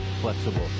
flexible